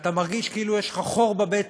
שאתה מרגיש כאילו יש לך חור בבטן.